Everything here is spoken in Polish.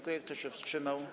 Kto się wstrzymał?